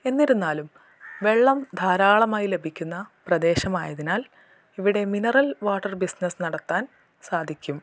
എന്നിരുന്നാലും വെള്ളം ധാരാളമായി ലഭിക്കുന്ന പ്രദേശമായതിനാൽ ഇവിടെ മിനറൽ വാട്ടർ ബിസ്നസ്സ് നടത്താൻ സാധിക്കും